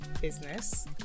business